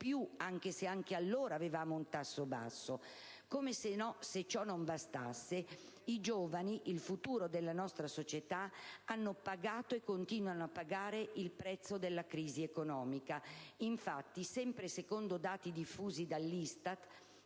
più, pur se anche allora avevamo un tasso basso. Come se ciò non bastasse, i giovani, il futuro della nostra società, hanno pagato e continuano a pagare il prezzo della crisi economica; infatti, sempre secondo dati diffusi dall'ISTAT,